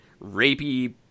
rapey